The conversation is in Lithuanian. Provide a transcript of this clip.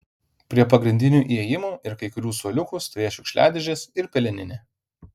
prie pagrindinių įėjimų ir kai kurių suoliukų stovės šiukšliadėžės ir peleninė